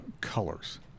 colors